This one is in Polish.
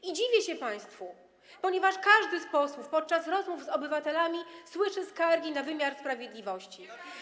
I dziwię się państwu, ponieważ każdy z posłów podczas rozmów z obywatelami słyszy skargi na wymiar sprawiedliwości.